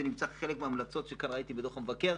זה נמצא כחלק מההמלצות שכאן ראיתי בדוח המבקר